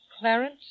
Clarence